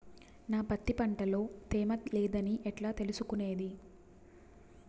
నా పత్తి పంట లో తేమ లేదని ఎట్లా తెలుసుకునేది?